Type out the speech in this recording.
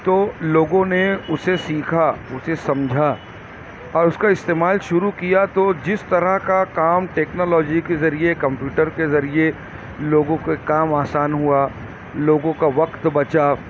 تو لوگوں نے اسے سیکھا اسے سمجھا اور اس کا استعمال شروع کیا تو جس طرح کا کام ٹیکنالوجی کے ذریعے کمپیوٹر کے ذریعے لوگوں کے کام آسان ہوا لوگوں کا وقت بچا